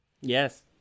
Yes